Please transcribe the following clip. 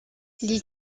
les